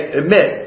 admit